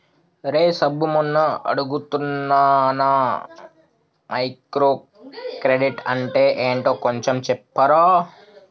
రేయ్ సబ్బు మొన్న అడుగుతున్నానా మైక్రో క్రెడిట్ అంటే ఏంటో కొంచెం చెప్పరా